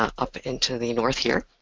up into the north here,